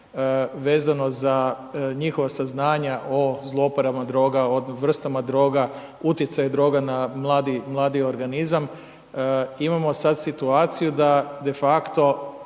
vezano za njihova saznanja o zlouporabama droga, o vrstama droga, utjecaj droga na mladi organizam. Imamo sada situaciju da de facto